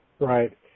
Right